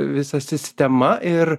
visa sistema ir